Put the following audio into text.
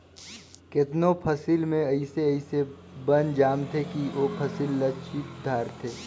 केतनो फसिल में अइसे अइसे बन जामथें कि ओ फसिल ल चीप धारथे